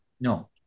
no